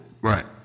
Right